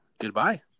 goodbye